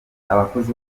abakozi